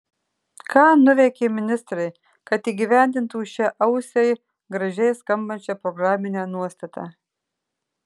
ką nuveikė ministrai kad įgyvendintų šią ausiai gražiai skambančią programinę nuostatą